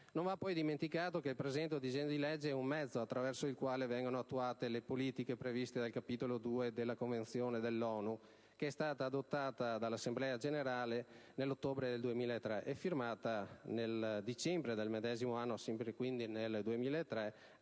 Non va poi dimenticato che il presente provvedimento è un mezzo attraverso il quale vengono attuate le politiche previste dal Capo II della Convenzione dell'ONU, adottata dall'Assemblea generale nell' ottobre del 2003 e firmata nel dicembre del medesimo anno anche dall'Italia.